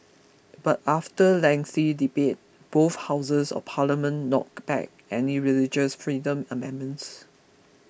but after lengthy debate both houses of parliament knocked back any religious freedom amendments